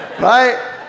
right